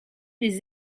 des